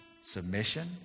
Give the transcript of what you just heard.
submission